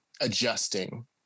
adjusting